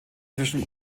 zwischen